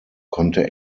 konnte